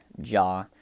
jaw